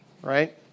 right